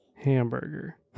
hamburger